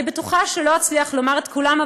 אני בטוחה שלא אצליח לומר את כולם,